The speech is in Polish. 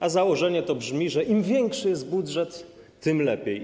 A założenie to brzmi, że im większy jest budżet, tym lepiej.